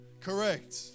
correct